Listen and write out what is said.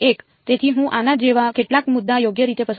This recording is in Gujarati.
1 તેથી હું આના જેવા કેટલાક મુદ્દા યોગ્ય રીતે પસંદ કરી શકું છું